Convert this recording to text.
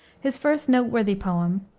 his first noteworthy poem,